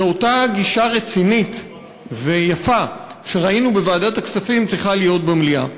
שאותה גישה רצינית ויפה שראינו בוועדת הכספים צריכה להיות במליאה.